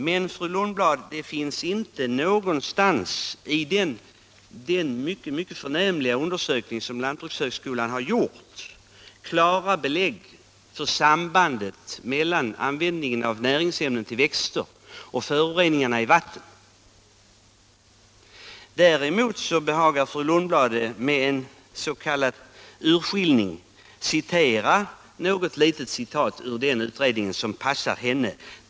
Men, fru Lundblad, det finns inte någonstans i den mycket förnämliga undersökning som lantbrukshögskolan har gjort klara belägg för samband mellan användningen av näringsämnen till växter och föroreningarna i vatten. Sedan behagar det fru Lundblad att med urskillning citera ur utredningen som det passar henne.